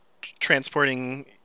transporting